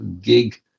gig